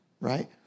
right